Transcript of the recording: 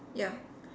ya